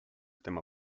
tema